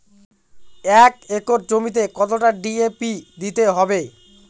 এক একর জমিতে কতটা ডি.এ.পি দিতে হবে?